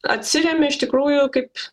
atsiremi iš tikrųjų kaip